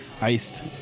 Iced